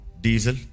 Diesel